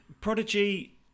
Prodigy